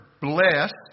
blessed